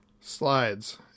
Slides